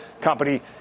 company